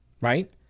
right